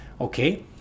okay